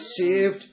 saved